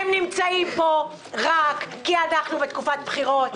הם נמצאים פה רק כי אנחנו בתקופת בחירות.